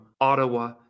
Ottawa